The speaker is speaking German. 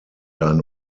ein